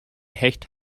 hecht